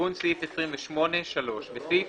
תיקון סעיף 28 3. בסעיף